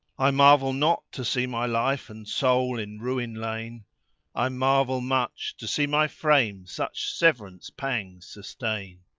i marvel not to see my life and soul in ruin lain i marvel much to see my frame such severance pangs sustain.